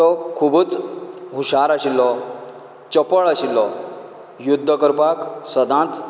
तो खुबूच हुशार आशिल्लो चपळ आशिल्लो युध्द करपाक सदांच